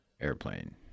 Airplane